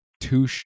Two